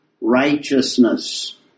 righteousness